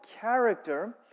character